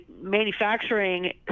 manufacturing